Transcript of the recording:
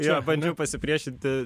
jo bandžiau pasipriešinti